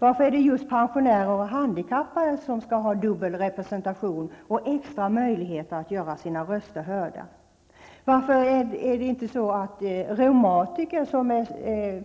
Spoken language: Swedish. Varför är det just pensionärer och handikappade som skall ha dubbel representation och extra möjligheter att göra sina röster hörda? Varför skall inte också reumatiker